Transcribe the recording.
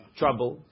trouble